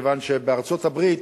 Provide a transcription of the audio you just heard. בארצות-הברית,